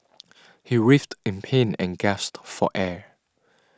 he writhed in pain and gasped for air